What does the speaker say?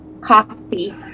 coffee